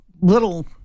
little